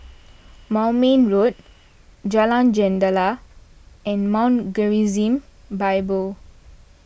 Moulmein Road Jalan Jendela and Mount Gerizim Bible